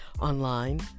online